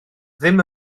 ddim